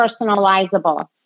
personalizable